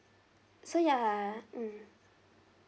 so ya mm